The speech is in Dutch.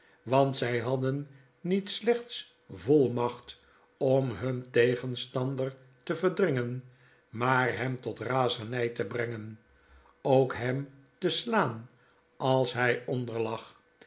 want zfl hadden niet slechts volmacht omhuntegenstander te verdringen maar hem tot razernij te brengen ook hem te slaan als hy